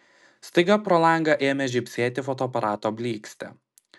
staiga pro langą ėmė žybsėti fotoaparato blykstė